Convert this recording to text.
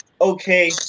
Okay